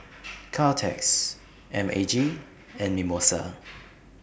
Caltex M A G and Mimosa